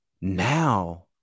now